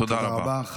תודה רבה.